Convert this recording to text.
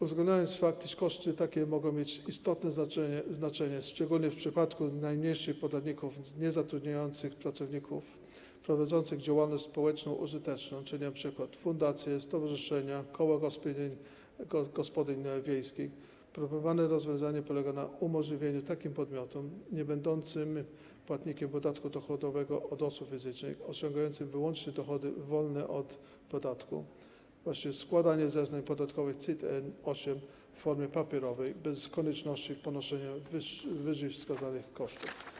Uwzględniając fakt, iż takie koszty mogą mieć istotne znaczenie szczególnie w przypadku najmniejszych podatników, nie zatrudniających pracowników, prowadzących działalność społeczno-użyteczną, czyli np. fundacje, stowarzyszenia, koło gospodyń wiejskich, proponowane rozwiązanie polega na umożliwieniu takim podmiotom nie będącym płatnikami podatku dochodowego od osób fizycznych, osiągającym wyłącznie dochody wolne od podatku, składanie zeznań podatkowych CIT-8 w formie papierowej bez konieczności ponoszenia wyżej wskazanych kosztów.